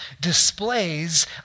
displays